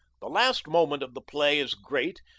the last moment of the play is great,